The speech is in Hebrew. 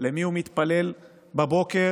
למי הוא מתפלל בבוקר,